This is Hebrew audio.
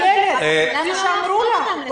איילת, זה מה שאמרו לך.